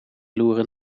loeren